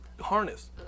harness